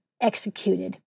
executed